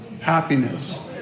happiness